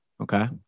Okay